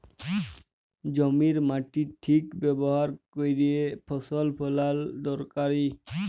জমির মাটির ঠিক ব্যাভার ক্যইরে ফসল ফলাল দরকারি